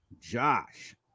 Josh